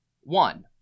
One